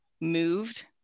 moved